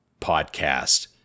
podcast